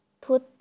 put